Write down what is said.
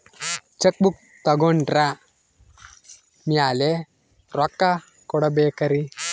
Check book ತೊಗೊಂಡ್ರ ಮ್ಯಾಲೆ ರೊಕ್ಕ ಕೊಡಬೇಕರಿ?